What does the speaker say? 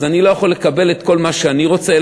אז אני לא יכול לקבל את כל מה שאני רוצה,